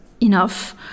enough